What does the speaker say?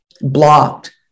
blocked